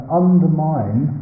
undermine